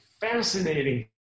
fascinating